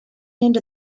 into